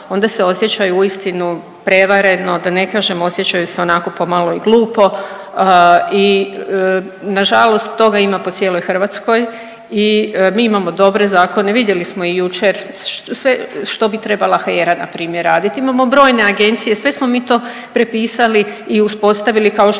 onda se osjećaju uistinu prevareno, da ne kažem osjećaju se onako pomalo i glupo. I na žalost toga ima po cijeloj Hrvatskoj i mi imamo dobre zakone. Vidjeli smo i jučer sve što bi trebala HERA na primjer raditi. Imamo brojne agencije. Sve smo mi to prepisali i uspostavili kao što